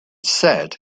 said